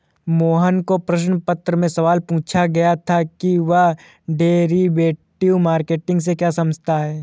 मोहन को प्रश्न पत्र में सवाल पूछा गया था कि वह डेरिवेटिव मार्केट से क्या समझता है?